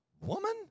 woman